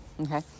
okay